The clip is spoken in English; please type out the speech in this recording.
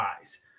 eyes